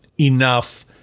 enough